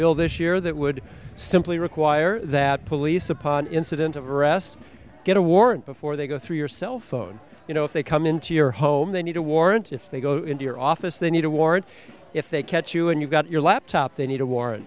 bill this year that would simply require that police upon incident of arrest get a warrant before they go through your cell phone you know if they come into your home they need a warrant if they go into your office they need a warrant if they catch you and you've got your laptop they need a war